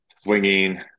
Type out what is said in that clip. swinging